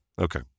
Okay